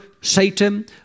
Satan